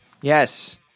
Yes